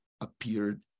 appeared